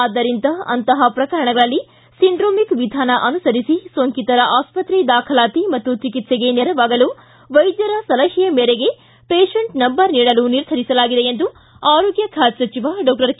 ಆದ್ದರಿಂದ ಅಂತಹ ಪ್ರಕರಣಗಳಲ್ಲಿ ಸಿಂಡ್ರೋಮಿಕ್ ವಿಧಾನ ಅನುಸರಿಸಿ ಸೋಂಕಿತರ ಆಸ್ಪತ್ರೆ ದಾಖಲಾತಿ ಮತ್ತು ಚಿಕಿಕ್ಸೆಗೆ ನೆರವಾಗಲು ವೈದ್ಯರ ಸಲಹೆ ಮೇರೆಗೆ ಪೇಶಿಯೆಂಟ್ ನಂಬರ್ ನೀಡಲು ನಿರ್ಧರಿಸಲಾಗಿದೆ ಎಂದು ಆರೋಗ್ಯ ಖಾತೆ ಸಚಿವ ಡಾಕ್ಟರ್ ಕೆ